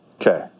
Okay